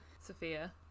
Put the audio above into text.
Sophia